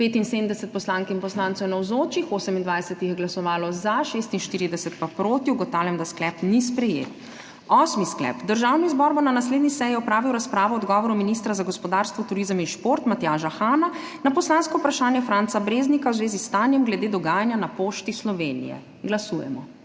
75 poslank in poslancev je navzočih, 28 jih je glasovalo za, 46 pa proti. (Za je glasovalo 28.) (Proti 46.) Ugotavljam, da sklep ni sprejet. Osmi sklep: Državni zbor bo na naslednji seji opravil razpravo o odgovoru ministra za gospodarstvo, turizem in šport Matjaža Hana na poslansko vprašanje Franca Breznika v zvezi s stanjem glede dogajanja na Pošti Slovenije. Glasujemo.